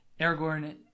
Aragorn